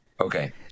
okay